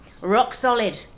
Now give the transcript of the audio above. Rock-solid